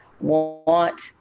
want